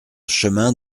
chemin